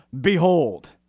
behold